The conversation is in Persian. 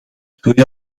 توی